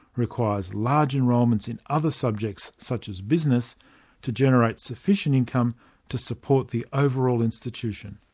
requires large enrolments in other subjects such as business to generate sufficient income to support the overall institution.